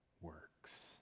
works